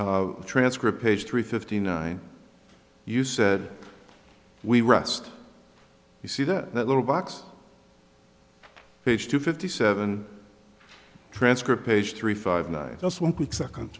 transcript page three fifty nine you said we rest you see that little box page two fifty seven transcript page three five and i just one quick second